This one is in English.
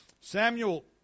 Samuel